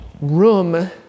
room